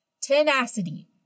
Tenacity